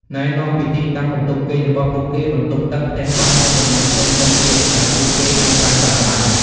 ណែនាំពីទីតាំងបន្ទប់គេងរបស់ពួកគេ បន្ទប់ទឹក ផ្ទះបាយ និងកន្លែងផ្សេងៗទៀតដែលពួកគេអាចប្រើប្រាស់បាន។